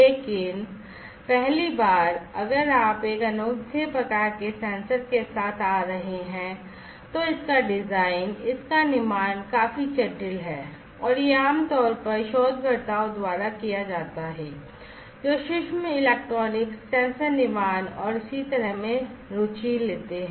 लेकिन पहली बार अगर आप एक अनोखे प्रकार के सेंसर के साथ आ रहे हैं तो इसका डिजाइन और इसका निर्माण काफी जटिल है और यह आमतौर पर शोधकर्ताओं द्वारा किया जाता है जो सूक्ष्म इलेक्ट्रॉनिक्स सेंसर निर्माण और इसी तरह से इसमें रुचि लेते हैं